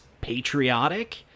patriotic